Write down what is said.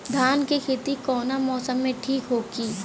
धान के खेती कौना मौसम में ठीक होकी?